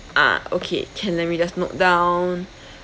ah okay can let me just note down